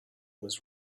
was